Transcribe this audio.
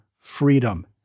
freedom